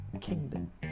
kingdom